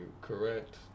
correct